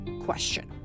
question